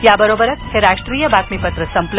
या बरोबरच हे राष्ट्रीय बातमीपत्र संपलं